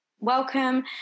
welcome